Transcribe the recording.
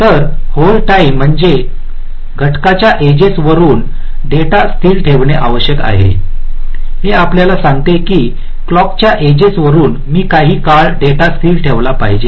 तर hold time म्हणजे घटकाच्या एजेसवरुन डेटा स्थिर ठेवणे आवश्यक आहे हे आपल्याला सांगते की क्लॉकच्या एजेसवरुनही मी काही काळ डेटाbस्थिर ठेवला पाहिजे का